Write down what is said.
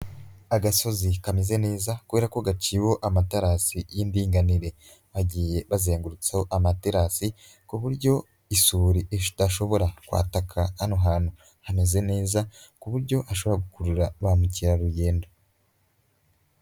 Agasozi kameze neza kubera ko gaciweho amaterasi y'indinganire. Bagiye bazengurutsaho amaterasi, ku buryo isuri idashobora kwataka hano hantu. Hameze neza ku buryo ashobora gukurura ba mukerarugendo.